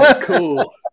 Cool